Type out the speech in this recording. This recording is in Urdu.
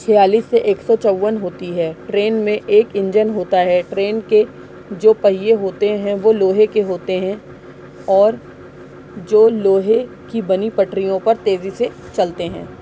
چھیالیس سے ایک سو چون ہوتی ہے ٹرین میں ایک انجن ہوتا ہے ٹرین کے جو پہیے ہوتے ہیں وہ لوہے کے ہوتے ہیں اور جو لوہے کی بنی پٹریوں پر تیزی سے چلتے ہیں